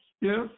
yes